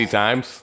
times